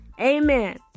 Amen